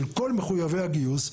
של כל מחויבי הגיוס.